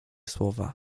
słowa